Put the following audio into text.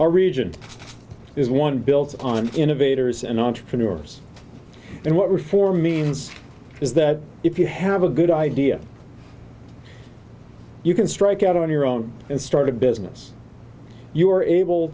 our region is one built on innovators and entrepreneurs and what reform means is that if you have a good idea you can strike out on your own and start a business you are able